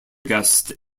guest